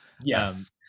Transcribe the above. yes